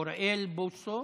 אוריאל בוסו,